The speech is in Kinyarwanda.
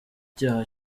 icyaha